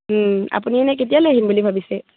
আপুনি এনেই কেতিয়ালৈ আহিম বুলি ভাবিছে